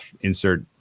insert